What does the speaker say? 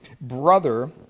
brother